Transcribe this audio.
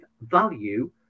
value